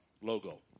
logo